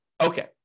Okay